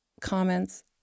comments